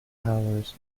hours